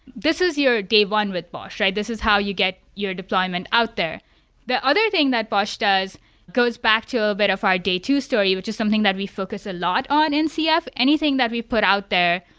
this is your day one with bosh. this is how you get your deployment out there the other thing that bosh does goes back to a bit of our day two story, which is something that we focus a lot on in cf. anything that we put out there,